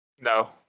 No